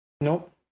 Nope